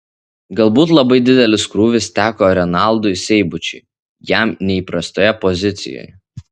galbūt labai didelis krūvis teko renaldui seibučiui jam neįprastoje pozicijoje